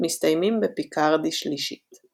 מסתיימים בפיקארדי שלישית .